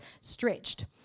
stretched